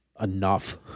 enough